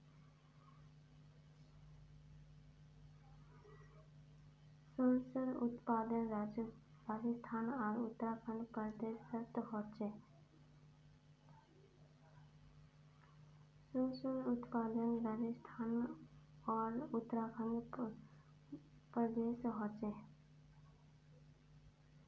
सर्सोंर उत्पादन राजस्थान आर उत्तर प्रदेशोत होचे